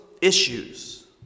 issues